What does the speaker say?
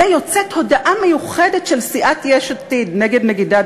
ויוצאת הודעה מיוחדת של סיעת יש עתיד נגד נגידת